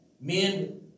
Men